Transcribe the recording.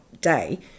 day